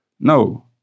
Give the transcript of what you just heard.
No